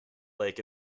lake